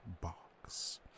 box